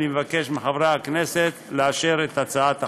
אני מבקש מחברי הכנסת לאשר את הצעת החוק.